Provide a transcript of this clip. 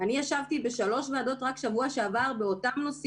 מה שאמרו חברות הכנסת פרומין ואלהרר אלה דברים שברור שאנחנו מסכימים